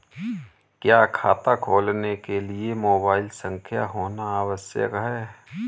क्या खाता खोलने के लिए मोबाइल संख्या होना आवश्यक है?